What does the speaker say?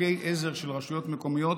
בחוקי עזר של רשויות מקומיות